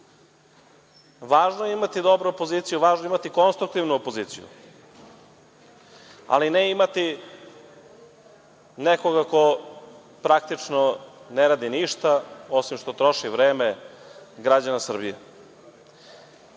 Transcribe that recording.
Važno je imati dobru opoziciju, važno je imati konstruktivnu opoziciju, ali ne i imati nekoga ko praktično ne radi ništa, osim što troši vreme građana